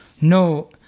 No